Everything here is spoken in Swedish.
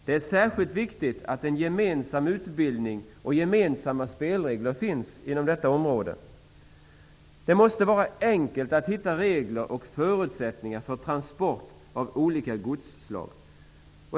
Det är särskilt viktigt att en gemensam utbildning och gemensamma spelregler finns inom detta område. Det måste vara enkelt att hitta regler och förutsättningar för transport av olika godsslag.